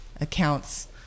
accounts